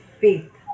faith